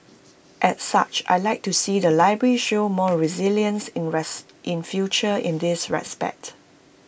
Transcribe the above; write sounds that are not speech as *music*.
as such I Like to see the library show more resilience in the *unintelligible* in future in this respect